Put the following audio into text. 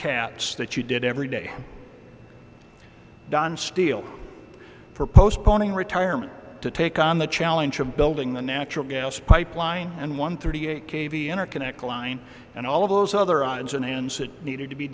cats that you did every day don steele for postponing retirement to take on the challenge of building the natural gas pipeline and one thirty eight k v interconnect line and all of those other odds and ends that needed to be